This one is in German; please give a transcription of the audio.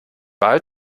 wahl